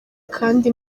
kandi